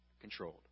controlled